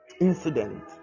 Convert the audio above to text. incident